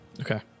Okay